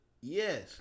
Yes